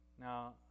Now